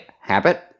habit